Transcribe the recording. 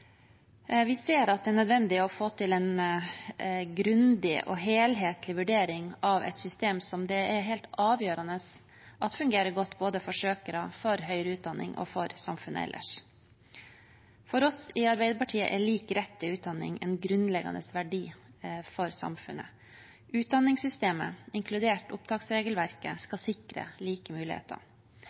Vi ser at det er nødvendig å få til en grundig og helhetlig vurdering av et system som det er helt avgjørende at fungerer godt både for søkere, for høyere utdanning og for samfunnet ellers. For oss i Arbeiderpartiet er lik rett til utdanning en grunnleggende verdi for samfunnet. Utdanningssystemet, inkludert opptaksregelverket, skal sikre like muligheter.